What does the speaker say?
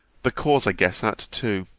the cause i guess at, too.